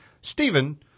Stephen